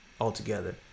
altogether